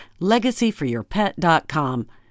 Legacyforyourpet.com